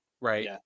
right